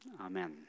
Amen